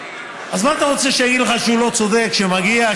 אז מה אתה רוצה שאגיד לך, שהוא לא צודק שמגיע?